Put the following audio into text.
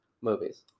movies